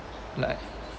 like